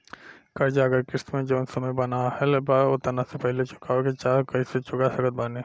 कर्जा अगर किश्त मे जऊन समय बनहाएल बा ओतना से पहिले चुकावे के चाहीं त कइसे चुका सकत बानी?